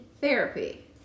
therapy